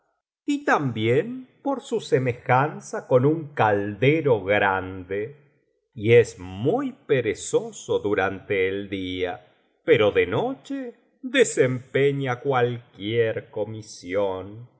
y también por su semejanza con un caldero grande y es muy perezoso durante el día pero de noche desempeña cualquier comisión